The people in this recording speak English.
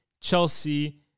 Chelsea